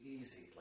easy